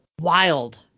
wild